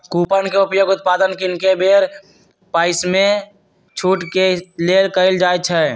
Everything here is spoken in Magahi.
कूपन के उपयोग उत्पाद किनेके बेर पइसामे छूट के लेल कएल जाइ छइ